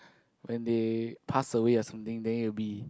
when they passed away or something then you will be